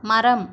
மரம்